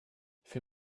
für